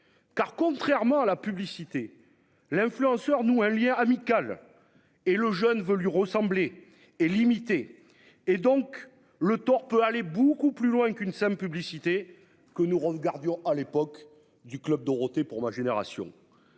car contrairement à la publicité. L'influenceur nous un lien amical et le jeune veut lui ressembler et limité et donc le tort peut aller beaucoup plus loin qu'une simple publicité que nous regardions à l'époque du Club Dorothée. Pour ma génération.